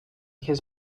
his